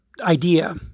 idea